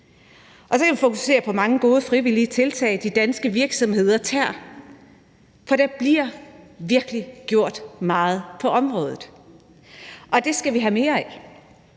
Så kan vi fokusere på mange gode frivillige tiltag, de danske virksomheder tager, for der bliver virkelig gjort meget på området, og det skal vi have mere af.